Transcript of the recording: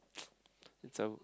it's a